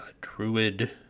druid